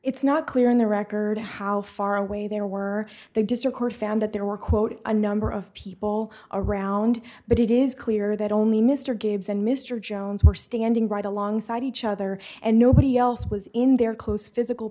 it's not clear on the record how far away they were they just of course found that there were quote a number of people around but it is clear that only mr gibbs and mr jones were standing right alongside each other and nobody else was in there close physical